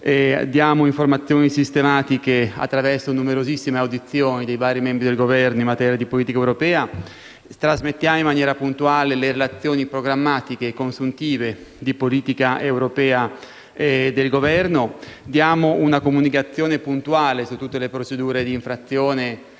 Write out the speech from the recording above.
diamo informazioni sistematiche attraverso numerosissime audizioni dei vari membri del Governo in materia di politica europea; trasmettiamo in maniera puntuale le relazioni programmatiche e consuntive di politica europea del Governo e diamo una comunicazione puntuale su tutte le procedure di infrazione